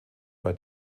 bei